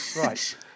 Right